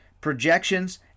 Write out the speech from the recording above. projections